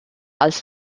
als